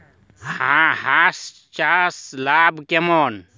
হাঁস চাষে লাভ কেমন?